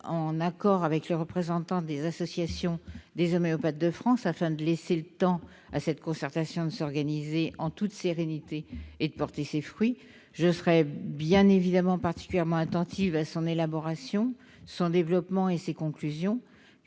en accord avec les représentants des associations des homéopathes de France, afin de laisser le temps à cette concertation de s'organiser en toute sérénité et de porter ses fruits. Bien évidemment, je serai particulièrement attentive à son développement et à ses conclusions,